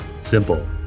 simple